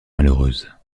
malheureuse